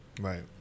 right